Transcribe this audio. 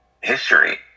history